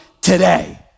today